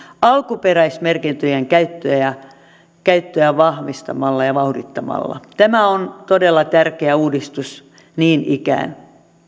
alkuperäismerkintöjen käyttöä vahvistamalla ja vauhdittamalla tämä on todella tärkeä uudistus niin ikään